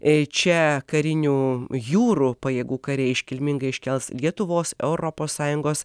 ei čia karinių jūrų pajėgų kariai iškilmingai iškels lietuvos europos sąjungos